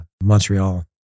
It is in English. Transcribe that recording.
Montreal